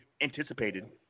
anticipated